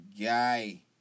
guy